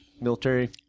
military